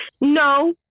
No